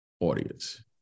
audience